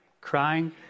crying